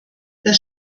das